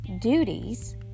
duties